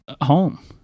home